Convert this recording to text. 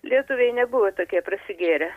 lietuviai nebuvo tokie prasigėrę